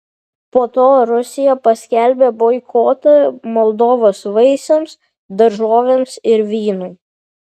po to rusija paskelbė boikotą moldovos vaisiams daržovėms ir vynui